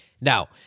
Now